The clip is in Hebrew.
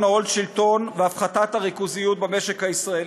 ההון-שלטון והפחתת הריכוזיות במשק הישראלי.